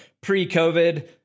pre-COVID